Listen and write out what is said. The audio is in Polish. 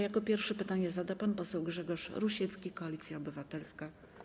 Jako pierwszy pytanie zada pan poseł Grzegorz Rusiecki, Koalicja Obywatelska.